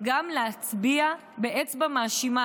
גם להצביע באצבע מאשימה,